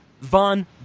von